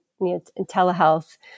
telehealth